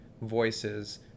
voices